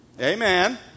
Amen